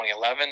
2011